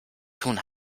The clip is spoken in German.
tun